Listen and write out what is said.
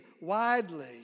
widely